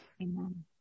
Amen